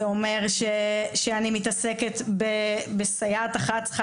זה אומר שאני מתעסקת בסייעת אחת צריכה